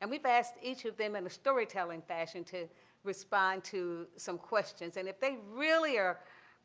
and we've asked each of them in a storytelling fashion to respond to some questions. and if they really are